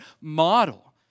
model